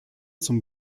zum